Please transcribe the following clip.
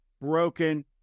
broken